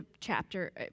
chapter